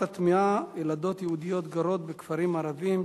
הטמיעה: ילדות יהודיות גרות בכפרים ערביים,